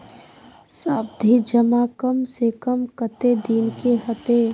सावधि जमा कम से कम कत्ते दिन के हते?